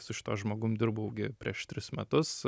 su šituo žmogum dirbau gi prieš tris metus